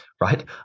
right